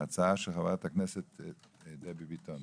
הצעה של חברת הכנסת דבי ביטון.